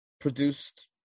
produced